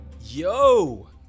Yo